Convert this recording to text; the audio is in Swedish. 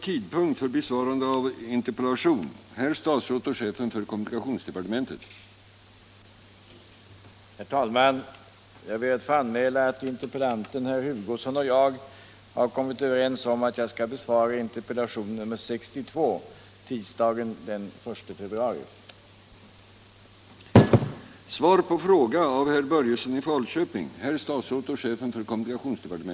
Jag ber att få anmäla att interpellanten herr Hugosson och jag har kommit överens om att jag skall besvara interpellationen 1976/77:62 tisdagen den 1 februari.